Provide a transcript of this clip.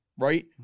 Right